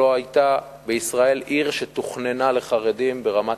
לא היתה בישראל עיר שתוכננה לחרדים ברמת